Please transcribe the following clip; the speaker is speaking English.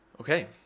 Okay